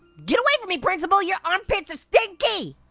give away from me principal, your armpit are stinky.